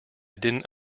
didn’t